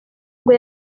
ubwo